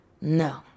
No